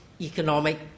economic